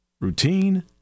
Routine